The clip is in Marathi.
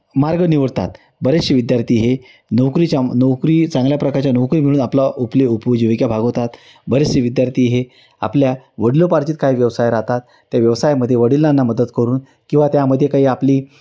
मार्ग निवडतात बरेचसे विद्यार्थी हे नोकरीच्या नोकरी चांगल्या प्रकारच्या नोकरी मिळवून आपला उपले उपजीविका भागवतात बरेचसे विद्यार्थी हे आपल्या वडिलोपार्जित काही व्यवसाय राहतात त्या व्यवसायामध्ये वडिलांना मदत करून किंवा त्यामध्ये काही आपली